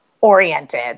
oriented